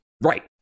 Right